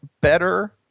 better